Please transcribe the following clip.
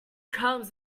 comes